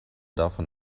davon